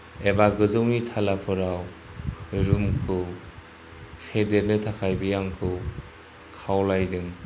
एबा गोजौनि थालाफोराव रुमखौ फेदेरनो थाखाय बे आंखौ खावलायदों